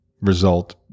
result